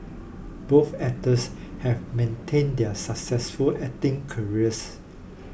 both actors have maintained their successful acting careers